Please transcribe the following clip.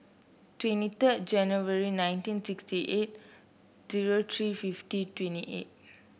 twenty third January nineteen sixty eight zero three fifty twenty eight